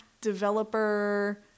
developer